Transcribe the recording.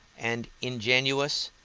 and ingenuous,